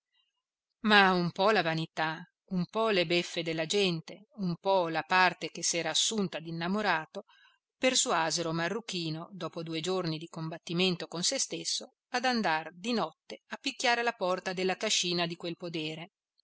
ma un po la vanità un po le beffe della gente un po la parte che s'era assunta d'innamorato persuasero marruchino dopo due giorni di combattimento con se stesso ad andar di notte a picchiare alla porta della cascina di quel podere